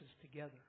together